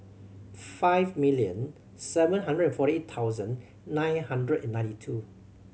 five million seven hundred and forty eight thousand nine hundred and ninety two